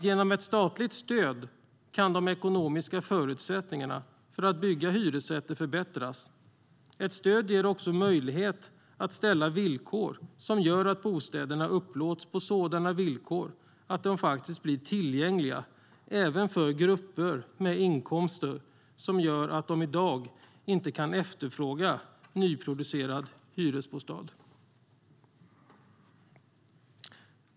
Genom ett statligt stöd kan de ekonomiska förutsättningarna för att bygga hyresrätter förbättras. Ett stöd ger också möjlighet att ställa villkor som gör att bostäderna upplåts på sådana villkor att de faktiskt blir tillgängliga även för grupper vars inkomster gör att de i dag inte kan efterfråga en nyproducerad hyresbostad.